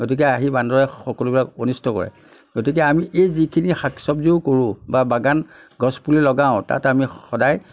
গতিকে আহি বান্দৰে সকলোবিলাক অনিষ্ট কৰে গতিকে আমি এই যিখিনি শাক চব্জীও কৰোঁ বা বাগান গছ পুলি লগাও তাত আমি সদায়